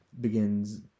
begins